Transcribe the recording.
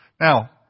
Now